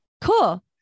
cool